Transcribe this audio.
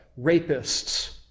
rapists